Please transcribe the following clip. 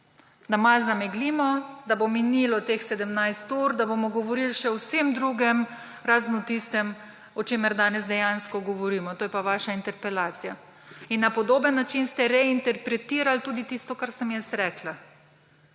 da malo zameglimo, da bo minilo teh 17 ur, da bomo govorili še o vsem drugem, razen o tistem, o čemer danes dejansko govorimo, to je pa vaša interpelacija. In na podoben način ste reinterpretirali tudi tisto, kar sem jaz rekla.